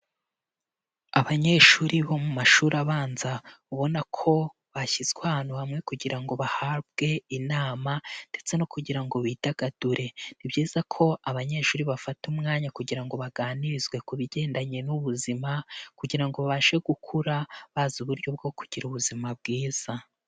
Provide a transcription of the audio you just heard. Abanyeshuri bo mu mashuri abanza, ubona ko bashyizwe ahantu hamwe kugira ngo bahabwe inama, ndetse no kugira ngo bidagadure, ni byiza ko abanyeshuri bafata umwanya kugira ngo baganirizwe ku bigendanye n'ubuzima, kugira ngo babashe gukura bazi uburyo bwo kugira ubuzima bwiza.